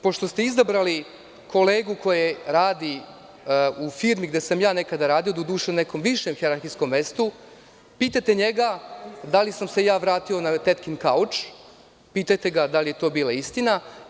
Pošto ste izabrali kolegu koji radi u firmi gde sam ja nekada radio, doduše na nekom višem hijerarhijskom mestu, pitajte njega da li sam se ja vratio na tetkin kauč, pitajte ga da li je to bila istina.